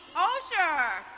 ossure.